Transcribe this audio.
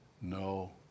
no